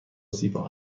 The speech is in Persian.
زیبا